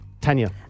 Tanya